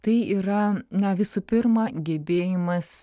tai yra na visų pirma gebėjimas